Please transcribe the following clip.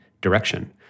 direction